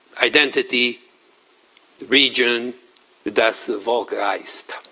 identity, the region that's vulgarized.